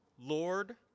Lord